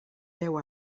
deu